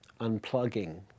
unplugging